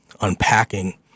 unpacking